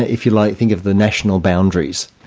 if you like, think of the national boundaries.